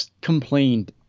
complained